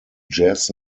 jazz